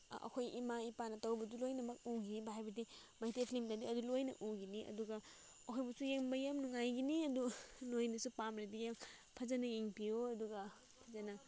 ꯑꯩꯈꯣꯏ ꯏꯃꯥ ꯏꯄꯥꯅ ꯇꯧꯕꯗꯨ ꯂꯣꯏꯅꯃꯛ ꯎꯈꯤꯕ ꯍꯥꯏꯕꯗꯤ ꯃꯩꯇꯩ ꯐꯤꯂꯝꯗꯗꯤ ꯑꯗꯨ ꯂꯣꯏꯅ ꯎꯒꯅꯤ ꯑꯗꯨꯒ ꯑꯩꯈꯣꯏꯕꯨꯁꯨ ꯌꯦꯡꯕ ꯌꯥꯝ ꯅꯨꯡꯉꯥꯏꯒꯅꯤ ꯑꯗꯨ ꯅꯣꯏꯅꯁꯨ ꯄꯥꯝꯂꯗꯤ ꯌꯥꯝ ꯐꯖꯅ ꯌꯦꯡꯕꯤꯌꯨ ꯑꯗꯨꯒ ꯐꯖꯅ